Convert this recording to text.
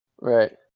Right